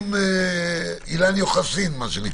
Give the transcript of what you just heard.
בודקים אילן יוחסין.